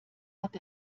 hat